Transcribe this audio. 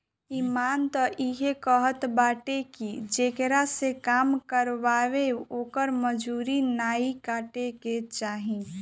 इमान तअ इहे कहत बाटे की जेकरा से काम करावअ ओकर मजूरी नाइ काटे के चाही